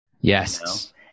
Yes